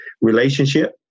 relationship